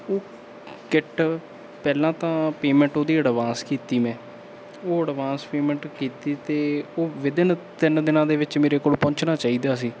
ਉਹ ਕਿੱਟ ਪਹਿਲਾਂ ਤਾਂ ਪੇਮੈਂਟ ਉਹਦੀ ਅਡਵਾਂਸ ਕੀਤੀ ਮੈਂ ਉਹ ਅਡਵਾਂਸ ਪੇਮੈਂਟ ਕੀਤੀ ਅਤੇ ਉਹ ਵਿਦਇਨ ਤਿੰਨ ਦਿਨਾਂ ਦੇ ਵਿੱਚ ਮੇਰੇ ਕੋਲ ਪਹੁੰਚਣਾ ਚਾਹੀਦਾ ਸੀ